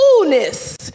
coolness